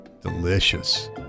Delicious